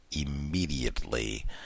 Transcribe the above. immediately